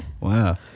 Wow